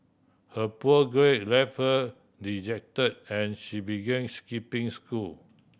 her poor grade left her deject and she begin is skipping school